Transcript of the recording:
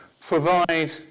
provide